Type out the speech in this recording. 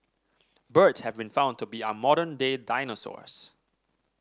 birds have been found to be our modern day dinosaurs